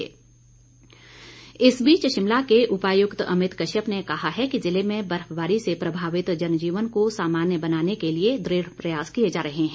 उपायुक्त इस बीच शिमला के उपायुक्त अमित कश्यप ने कहा है कि जिले में बर्फबारी से प्रभावित जनजीवन को सामान्य बनाने के लिए दृढ़ प्रयास किए जा रहे हैं